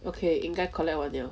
okay 应该 collect 完 liao